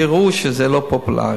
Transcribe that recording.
כי ראו שזה לא פופולרי.